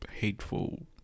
hateful